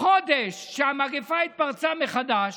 חודש מאז שהמגפה התפרצה מחדש.